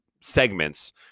segments